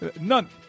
None